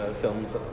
films